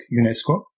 UNESCO